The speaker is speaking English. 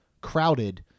crowded